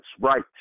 right